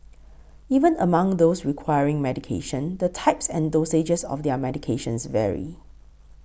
even among those requiring medication the types and dosages of their medications vary